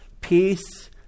peace